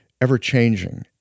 ever-changing